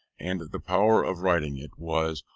and the power of writing it, was,